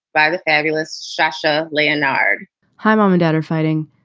by the fabulous shasha leonhard hi. mom and dad are fighting.